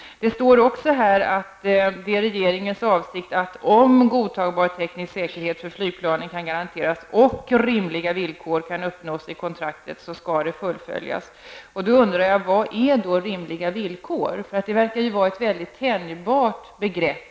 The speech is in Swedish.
I svaret står att ''om godtagbar teknisk säkerhet för flygplanen kan garanteras och rimliga villkor kan uppnås i kontrakten med industrigruppen JAS så bör projektet fullföljas''. Vad är då ''rimliga villkor''? Det verkar vara ett väldigt tänjbart begrepp.